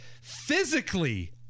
physically